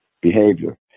behavior